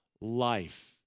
life